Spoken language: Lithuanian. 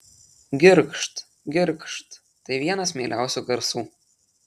girgžt girgžt tai vienas mieliausių garsų